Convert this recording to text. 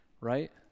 right